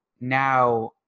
now